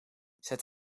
zet